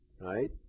right